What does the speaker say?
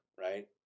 right